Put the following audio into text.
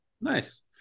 Nice